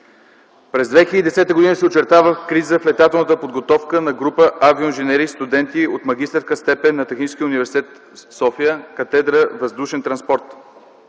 През 2010 г. се очертава криза в летателната подготовка на група инженери и студенти от магистърска степен на Техническия университет в София от катедра „Въздушен транспорт”.